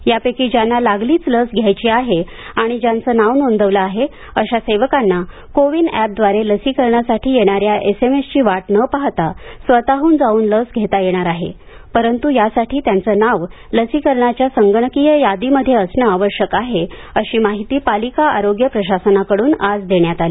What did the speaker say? यापैकी ज्यांना लागलीच लस घ्यायची आहे आणि ज्यांचं नाव नोंदवलं आहे अशा सेवकांना को विन अॅपव्दारे लसीकरणासाठी येणाऱ्या एसएमएसची वाट न पाहता स्वतहून जाऊन लस घेता येणार आहे परंतु यासाठी त्यांचं नाव लसीकरणासाठीच्या संगणकीय यादीमध्ये असणं आवश्यक आहे अशी माहिती पालिका आरोग्य प्रशासनाकड्रन आज देण्यात आली